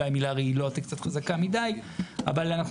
אולי המילה "רעילות" היא קצת חזקה מדי אבל אנחנו